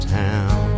town